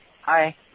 Hi